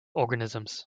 organisms